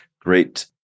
great